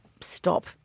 stop